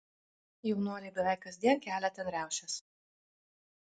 jaunuoliai beveik kasdien kelia ten riaušes